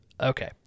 Okay